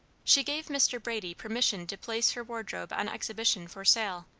she gave mr. brady permission to place her wardrobe on exhibition for sale,